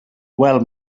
wel